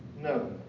no